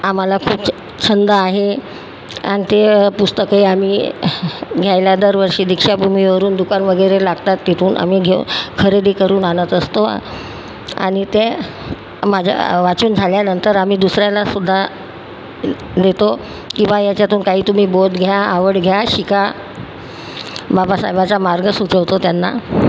आम्हाला खूपच छंद आहे आणि ते पुस्तके आम्ही घ्यायला दरवर्षी दीक्षाभूमीवरून दुकान वगैरे लागतात तिथून आम्ही घेऊन खरेदी करून आणत असतो आणि ते माझं वाचून झाल्यानंतर आम्ही दुसऱ्यालासुद्धा द देतो किंवा याच्यातून काही तुम्ही बोध घ्या आवड घ्या शिका बाबासाहेबाचा मार्ग सुचवतो त्यांना